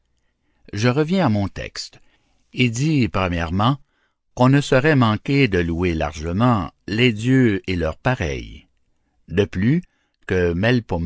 je reviens à mon texte et dis premièrement qu'on ne saurait manquer de louer largement les dieux et leurs pareils de plus que